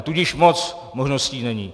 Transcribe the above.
Tudíž moc možností není.